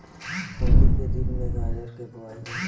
ठन्डी के दिन में गाजर के बोआई होला